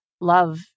love